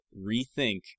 rethink